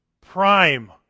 prime